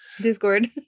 discord